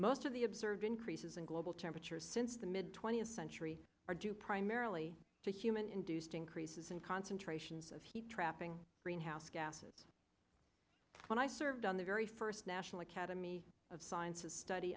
most of the observed increases in global temperatures since the mid twentieth century are due primarily to human induced increases in concentrations of heat trapping greenhouse gases when i served on the very first national academy of sciences study